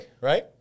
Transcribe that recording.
right